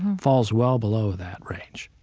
falls well below that range.